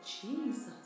Jesus